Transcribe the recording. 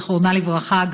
זיכרונה לברכה,